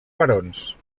barons